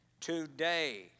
Today